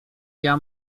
via